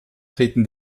treten